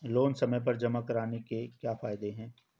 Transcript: Loan समय पर जमा कराने के क्या फायदे हैं?